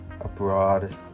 Abroad